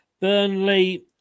Burnley